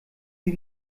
sie